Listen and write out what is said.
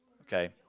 Okay